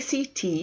ACT